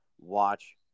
watch